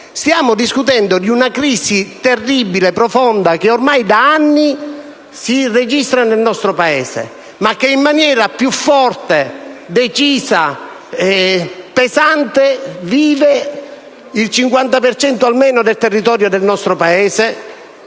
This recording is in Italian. stiamo discutendo di una crisi terribile, profonda, che ormai da anni si registra nel nostro Paese, ma che in maniera più forte, decisa e pesante vive il 50 per cento del territorio del nostro Paese